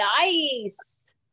Nice